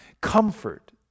comfort